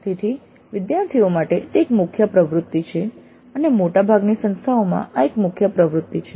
તેથી વિદ્યાર્થીઓ માટે તે એક મુખ્ય પ્રવૃત્તિ છે અને મોટાભાગની સંસ્થાઓમાં આ એક મુખ્ય પ્રવૃત્તિ છે